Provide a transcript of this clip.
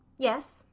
yes,